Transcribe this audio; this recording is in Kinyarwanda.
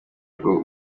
rwo